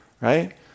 right